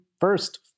First